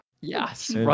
Yes